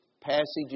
passages